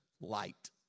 light